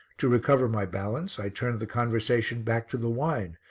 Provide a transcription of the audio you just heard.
to recover my balance i turned the conversation back to the wine,